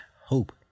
hope